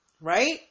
right